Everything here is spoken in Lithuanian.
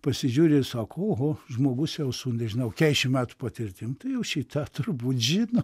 pasižiūri ir sako oho žmogus jau su nežinau keturiasdešimt metų patirtim tai jau šį tą turbūt žino